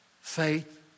faith